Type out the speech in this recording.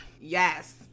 Yes